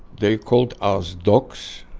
they called us dogs,